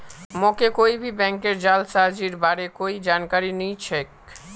मोके कोई भी बैंकेर जालसाजीर बार कोई जानकारी नइ छेक